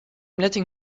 letting